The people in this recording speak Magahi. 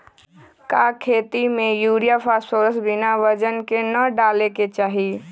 का खेती में यूरिया फास्फोरस बिना वजन के न डाले के चाहि?